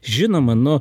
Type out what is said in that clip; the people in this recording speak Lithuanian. žinoma nu